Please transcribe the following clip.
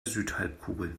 südhalbkugel